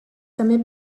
també